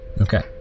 Okay